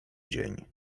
dzień